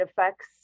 effects